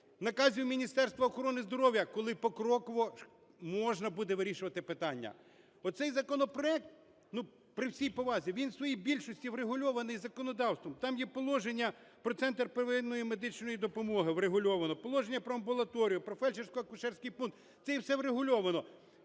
наказів Міністерства охорони здоров'я, коли покроково можна буде вирішувати питання. Оцей законопроект, при всій повазі, він в своїй більшості врегульований законодавством. Там є положення про Центр первинної медичної допомоги врегульовано, положення про амбулаторію, про фельдшерсько-акушерський пункт, це є все врегульовано.